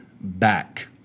back